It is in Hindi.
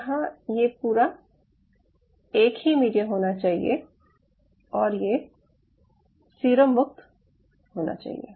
यहाँ ये पूरा एक ही मीडियम होना चाहिए और ये सीरम मुक्त होना चाहिए